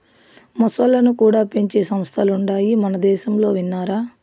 మొసల్లను కూడా పెంచే సంస్థలుండాయి మనదేశంలో విన్నారా